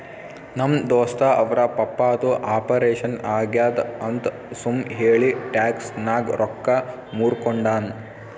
ನಮ್ ದೋಸ್ತ ಅವ್ರ ಪಪ್ಪಾದು ಆಪರೇಷನ್ ಆಗ್ಯಾದ್ ಅಂತ್ ಸುಮ್ ಹೇಳಿ ಟ್ಯಾಕ್ಸ್ ನಾಗ್ ರೊಕ್ಕಾ ಮೂರ್ಕೊಂಡಾನ್